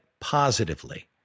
positively